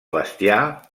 bestiar